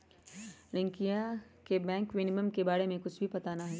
रियंकवा के बैंक विनियमन के बारे में कुछ भी पता ना हई